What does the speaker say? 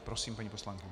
Prosím, paní poslankyně.